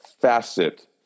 facet